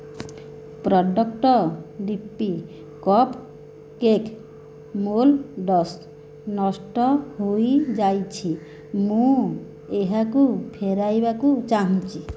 product D P cupcake moulds ନଷ୍ଟ ହୋଇଯାଇଛି ମୁଁ ଏହାକୁ ଫେରାଇବାକୁ ଚାହୁଁଛି